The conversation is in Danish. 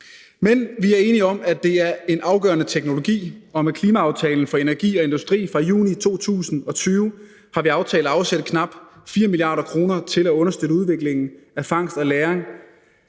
Men vi er enige om, at det er en afgørende teknologi, og med klimaaftalen for energi og industri fra juni 2020 har vi aftalt at afsætte knap 4 mia. kr. til at understøtte udviklingen af fangst og lagring